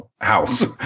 house